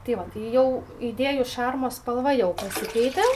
tai va tai jau įdėjus šarmo spalva jau pasikeitė